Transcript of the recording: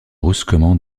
brusquement